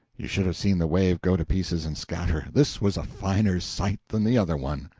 you should have seen the wave go to pieces and scatter! this was a finer sight than the other one.